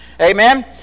Amen